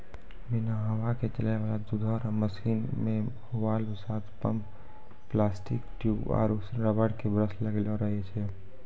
बिना हवा के चलै वाला दुधो रो मशीन मे वाल्व के साथ पम्प प्लास्टिक ट्यूब आरु रबर के ब्रस लगलो रहै छै